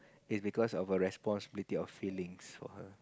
is because of a responsibility of feelings for her